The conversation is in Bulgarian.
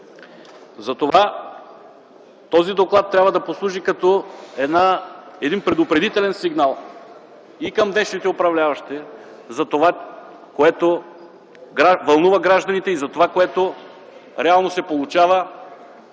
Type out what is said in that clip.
Затова този доклад трябва да послужи като един предупредителен сигнал и към днешните управляващи за това, което вълнува гражданите, и за това, което реално се получава